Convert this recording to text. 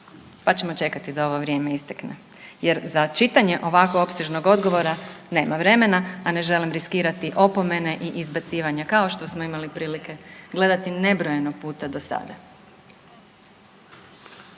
pa ću čekati da ovo vrijeme istekne jer za čitanje ovako opsežnog odgovora nema vremena, a ne želim riskirati opomene i izbacivanja kao što smo imali prilike gledati nebrojeno puta do sada.